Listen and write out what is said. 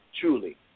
truly